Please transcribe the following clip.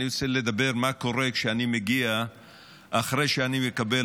ואני רוצה לדבר על מה שקורה כשאני מגיע אחרי שאני מקבל,